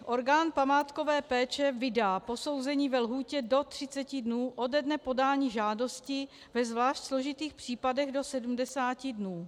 Orgán památkové péče vydá posouzení ve lhůtě do 30 dnů ode dne podání žádosti, ve zvlášť složitých případech do 70 dnů.